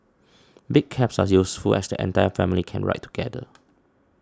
big cabs are useful as the entire family can ride together